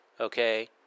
Okay